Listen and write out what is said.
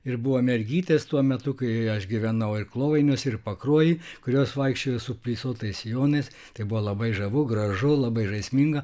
ir buvo mergytės tuo metu kai aš gyvenau ir klovainiuose ir pakruojy kurios vaikščiojo su flisuotais sijonais tai buvo labai žavu gražu labai žaisminga